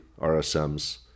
rsms